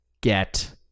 get